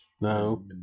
No